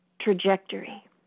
trajectory